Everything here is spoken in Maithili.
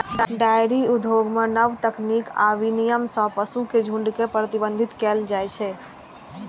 डेयरी उद्योग मे नव तकनीक आ विनियमन सं पशुक झुंड के प्रबंधित कैल जाइ छै